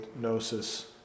gnosis